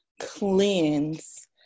cleanse